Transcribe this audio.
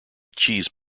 cheese